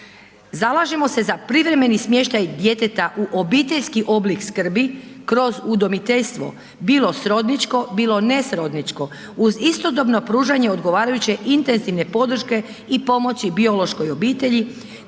Zalažemo se za privremeni smještaj djeteta u obiteljski oblik skrbi kroz udomiteljstvo, bilo srodničko bilo ne srodničko uz istodobno pružanje odgovarajuće intenzivne podrške i pomoći biološkoj obitelji,